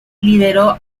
lideró